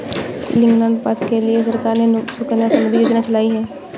लिंगानुपात के लिए सरकार ने सुकन्या समृद्धि योजना चलाई है